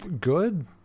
Good